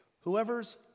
whoever's